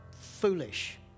foolish